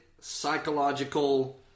psychological